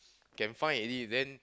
can find already then